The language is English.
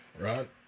right